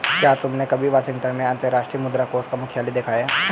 क्या तुमने कभी वाशिंगटन में अंतर्राष्ट्रीय मुद्रा कोष का मुख्यालय देखा है?